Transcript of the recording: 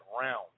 round